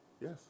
Yes